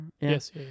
yes